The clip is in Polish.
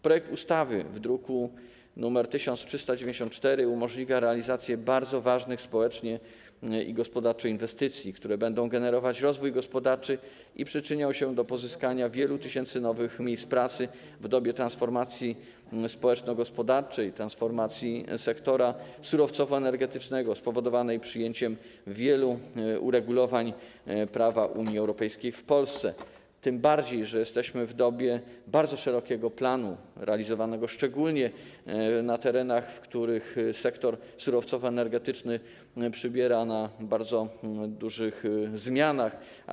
Projekt ustawy z druku nr 1394 umożliwia realizację bardzo ważnych społecznie i gospodarczo inwestycji, które będą generować rozwój gospodarczy i przyczyniać się do pozyskania wielu tysięcy nowych miejsc pracy w dobie transformacji społeczno-gospodarczej, transformacji sektora surowcowo-energetycznego, spowodowanej przyjęciem wielu uregulowań prawa Unii Europejskiej w Polsce, tym bardziej że jesteśmy w trakcie bardzo szerokiego realizowania planu, szczególnie na terenach, na których sektor surowcowo-energetyczny podlega na bardzo dużym zmianom.